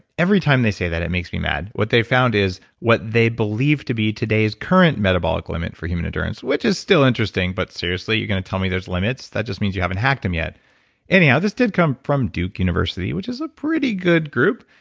every time they say that, it makes me mad. what they found is what they believe to be today's current metabolic limit for human endurance, which is still interesting, but seriously, you're going to tell me there's limits? that just means you haven't hacked them yet anyhow, this did come from duke university, which is a pretty good group.